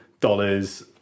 dollars